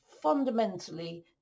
fundamentally